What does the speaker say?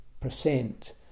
percent